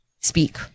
speak